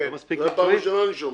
זו הפעם הראשונה שאני שומע.